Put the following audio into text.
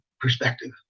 perspective